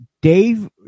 Dave